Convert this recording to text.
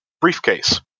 briefcase